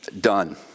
done